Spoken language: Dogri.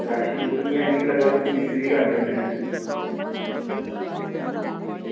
फ्रैश दुद्ध निं ऐ मिगी लगदा तुस मिक्स बी करने होन्ने न